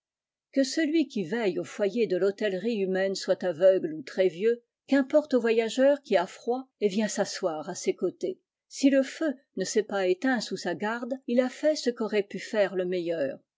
que celui qui veille au foyer de l'hôtellerie humaine soit aveugle ou très vieux qu'importe au voyageur qui a froid et viei s'asseoir à ses côtés si le feu ne s'est pa éteint sous sa garde il a fait ce qu'aurait pu faire le meilleur